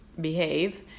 behave